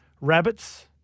Rabbits